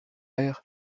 ère